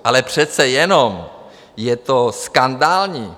Ale přece jenom, je to skandální!